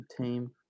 team